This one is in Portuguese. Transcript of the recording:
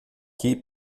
que